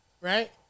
right